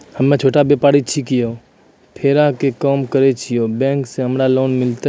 हम्मे छोटा व्यपारी छिकौं, फेरी के काम करे छियै, बैंक से हमरा लोन मिलतै?